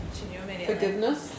Forgiveness